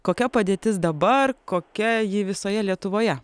kokia padėtis dabar kokia ji visoje lietuvoje